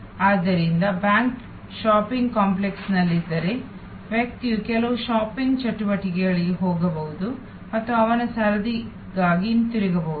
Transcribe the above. ಆದ್ದರಿಂದ bank shopping ಕಾಂಪ್ಲೆಕ್ಸ್ನಲ್ಲಿದ್ದರೆ ವ್ಯಕ್ತಿಯು ಕೆಲವು ಶಾಪಿಂಗ್ ಚಟುವಟಿಕೆಗಳಿಗೆ ಹೋಗಬಹುದು ಮತ್ತು ಅವನ ಸರದಿಗಾಗಿ ಹಿಂತಿರುಗಬಹುದು